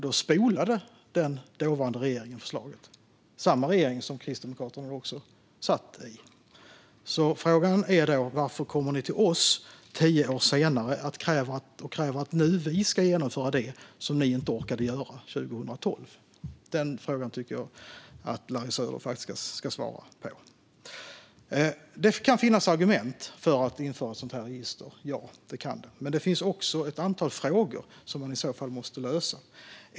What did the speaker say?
Då spolade den dåvarande regeringen förslaget. Det var samma regering som Kristdemokraterna satt i. Frågan är: Varför kommit ni till oss tio år senare och kräver att vi nu ska genomföra det som ni inte orkade göra 2012? Den frågan tycker jag att Larry Söder ska svara på. Det kan finnas argument för att införa ett sådant register. Men det finns också ett antal frågor som man i så fall måste lösa.